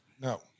No